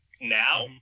Now